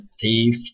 Thief